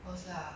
of course lah